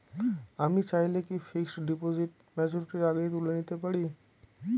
আমি চাইলে কি ফিক্সড ডিপোজিট ম্যাচুরিটির আগেই তুলে নিতে পারি?